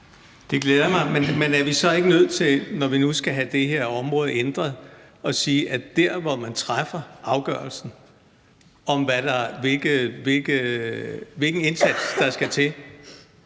Det glæder mig. Men er vi så ikke nødt til, når vi nu skal have det her område ændret, at sige, at dem, der træffer afgørelsen om, hvilken indsats der skal til